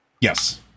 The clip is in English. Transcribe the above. yes